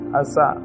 asa